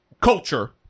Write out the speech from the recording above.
culture